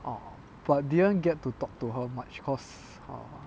ah but didn't get to talk to her much because err